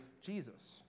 Jesus